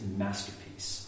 masterpiece